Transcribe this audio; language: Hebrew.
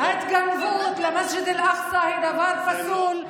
ההתגנבות למסגד אל-אקצא היא דבר פסול,